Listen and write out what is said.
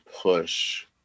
push